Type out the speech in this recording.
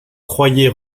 croyait